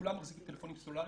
כולם מחזיקים טלפונים סלולריים,